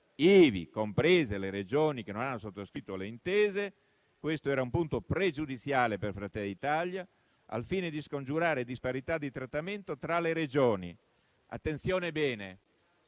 ivi comprese le Regioni che non hanno sottoscritto le intese (e questo era un punto pregiudiziale per Fratelli d'Italia) «al fine di scongiurare disparità di trattamento tra Regioni», ma, fate bene